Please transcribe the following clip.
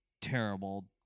terrible